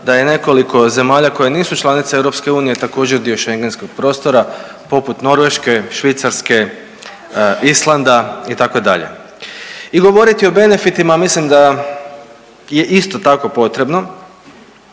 da je nekoliko zemalja koje nisu članice EU također dio Schengenskog prostora poput Norveške, Švicarske, Islanda itd. I govoriti o benefitima mislim da je isto tako potrebno,